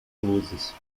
luzes